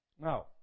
Now